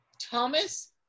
Thomas